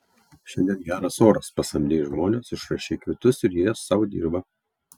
šiandien geras oras pasamdei žmones išrašei kvitus ir jie sau dirba